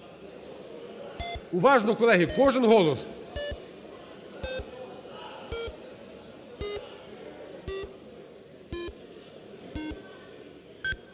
уважно, колеги, кожен голос.